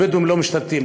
הבדואים לא משתלטים,